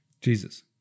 Jesus